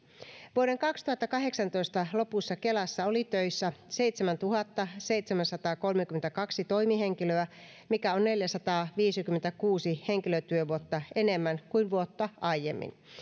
vuoden kaksituhattakahdeksantoista lopussa kelassa oli töissä seitsemäntuhattaseitsemänsataakolmekymmentäkaksi toimihenkilöä mikä on neljäsataaviisikymmentäkuusi henkilötyövuotta enemmän kuin vuotta aiemmin